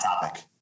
Topic